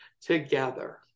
together